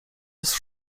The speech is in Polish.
jest